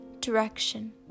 Direction